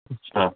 اچھا